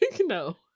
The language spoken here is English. No